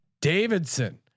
Davidson